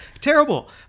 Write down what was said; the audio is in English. Terrible